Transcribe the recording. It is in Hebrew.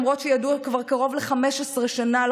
למרות שידוע כבר קרוב ל-15 שנה על